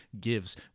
gives